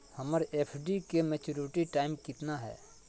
हमर एफ.डी के maturity time कितना है?